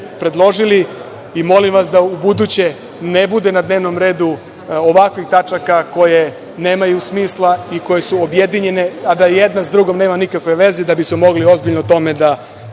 predložili i molim vas da ubuduće ne bude na dnevnom redu ovakvih tačaka koje nemaju smisla i koje su objedinjene, a da jedna sa drugom nema nikakve veze, da bismo mogli ozbiljno o tome da